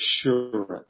Assurance